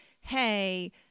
hey